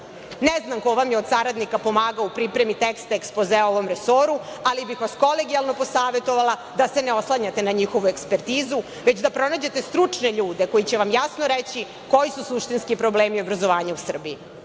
Ne znam ko vam je od saradnika pomagao u pripremi teksta ekspozea o ovom resoru, ali bih vas kolegijalno posavetovala da se ne oslanjate na njihovu ekspertizu, već da pronađete stručne ljude koji će vam jasno reći koji su suštinski problemi obrazovanja u Srbiji. Bez